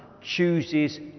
chooses